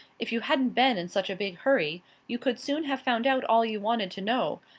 if you hadn't been in such a big hurry, you could soon have found out all you wanted to know.